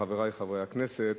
חברי חברי הכנסת,